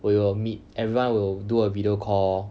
we will meet everyone will do a video call